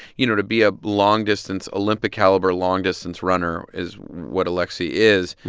you know, to be a long-distance olympic-caliber long-distance runner is what alexi is.